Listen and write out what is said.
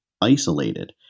isolated